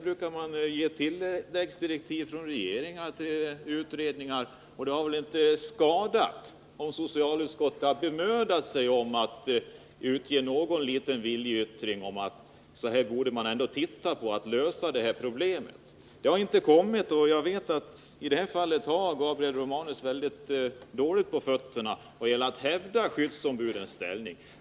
Regeringen ger ofta tilläggsdirektiv till utredningar, och det hade inte skadat om socialutskottet hade bemödat sig om att avge någon viljeyttring, att göra ett uttalande om att detta problem måste lösas. I det här fallet har Gabriel Romanus dåligt på fötterna vad gäller att hävda skyddsombudens ställning.